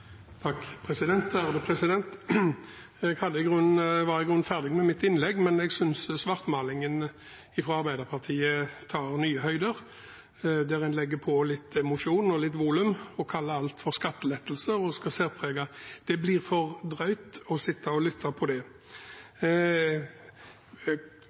var i grunnen ferdig med mitt innlegg, men jeg synes svartmalingen fra Arbeiderpartiet når nye høyder, der en legger på litt emosjon og litt volum og kaller alt for skattelettelser og særpreg. Det blir for drøyt å sitte og lytte på det.